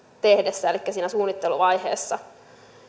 tehdessä elikkä siinä suunnitteluvaiheessa